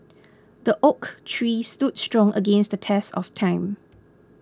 the oak tree stood strong against the test of time